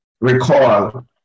Recall